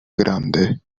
grande